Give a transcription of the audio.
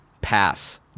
Pass